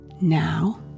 now